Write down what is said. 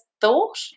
thought